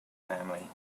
family